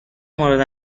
مورد